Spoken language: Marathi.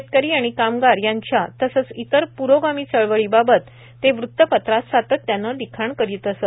शेतकरी आणि कामगार यांच्या तसंच इतर प्रोगामी चळवळीबाबत ते वृत्तपत्रात सातत्यानं लिखाण करत असत